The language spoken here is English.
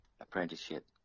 apprenticeship